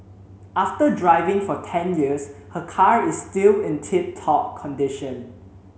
after driving for ten years her car is still in tip top condition